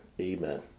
amen